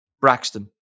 Braxton